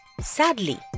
Sadly